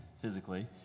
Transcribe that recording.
physically